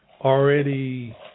already